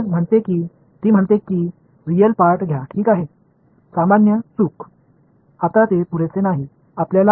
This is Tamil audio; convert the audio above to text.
உண்மையான பகுதியை எடுத்துக் கொள்ளுங்கள் பொதுவாக அது தவறாகிவிடும் இப்போது அது போதாது